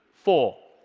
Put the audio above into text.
four,